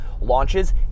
launches